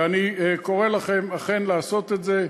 ואני קורא לכם אכן לעשות את זה,